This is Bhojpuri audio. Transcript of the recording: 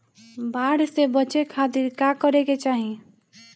बाढ़ से बचे खातिर का करे के चाहीं?